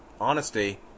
honesty